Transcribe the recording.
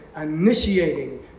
initiating